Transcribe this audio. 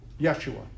Yeshua